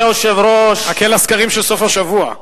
חכה לסקרים של סוף השבוע.